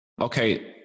okay